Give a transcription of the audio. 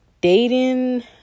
dating